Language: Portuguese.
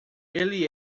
ele